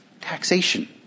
taxation